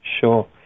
sure